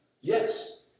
yes